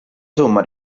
somma